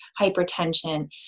hypertension